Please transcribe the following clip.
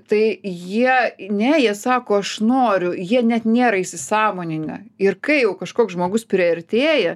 tai jie ne jie sako aš noriu jie net nėra įsisąmoninę ir kai jau kažkoks žmogus priartėja